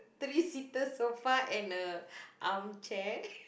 three seater sofa and a arm chair